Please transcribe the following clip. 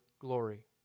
glory